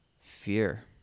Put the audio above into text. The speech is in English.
fear